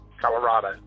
Colorado